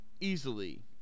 Easily